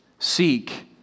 seek